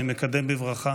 אני מקדם בברכה